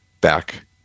back